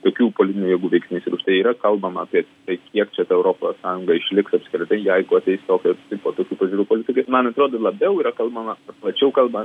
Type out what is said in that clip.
tokių politinių jėgų veiksnys ir už tai yra kalbam apie tai kiek čia ta europos sąjunga išliks apskritai jeigu ateis tokios tipo tokių pažiūrų politikai man atrodo labiau yra kalbama plačiau kalba